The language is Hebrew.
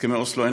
הסכמי אוסלו,